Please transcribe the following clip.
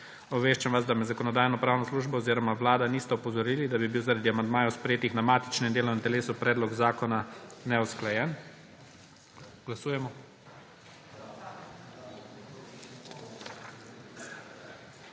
Obveščam vas, da me Zakonodajno-pravna služba oziroma Vlada nista opozorili, da bi bil zaradi amandmajev, sprejetih na matičnem delovnem telesu, predlog zakona neusklajen. Glasujemo.